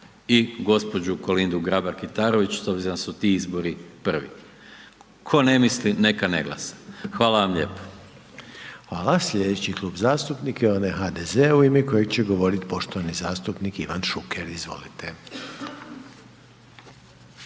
i gđu. Kolindu Grabar Kitarović s obzirom da su ti izbori prvi, tko ne misli neka ne glasa. Hvala vam lijepo. **Reiner, Željko (HDZ)** Hvala. Slijedeći Klub zastupnika je onaj HDZ-a u ime kojeg će govorit poštovani zastupnik Ivan Šuker, izvolite.